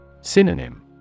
Synonym